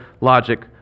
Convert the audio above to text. logic